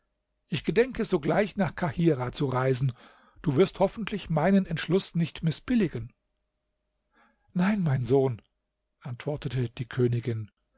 ich gedenke sogleich nach kahirah zu reisen du wirst hoffentlich meinen entschluß nicht mißbilligen nein mein sohn antwortete die königin